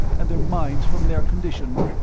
and their minds from their condition.